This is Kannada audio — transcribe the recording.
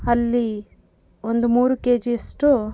ಅಲ್ಲಿ ಒಂದು ಮೂರು ಕೆಜಿ ಯಷ್ಟು